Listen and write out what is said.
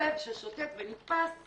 כלב ששוטט ונתפס,